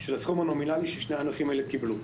של הסכום הנומינלי ששני הענפים האלה קיבלו.